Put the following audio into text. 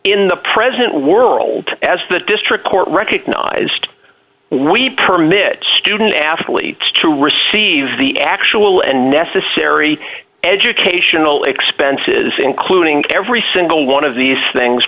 in the present world as the district court recognized we permit student athletes to receive the actual and necessary educational expenses including every single one of these things